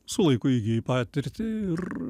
su laiku įgyji patirtį ir